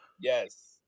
Yes